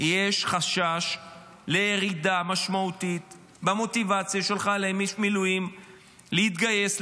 יש חשש לירידה משמעותית במוטיבציה של חיילי מילואים להתגייס,